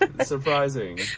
Surprising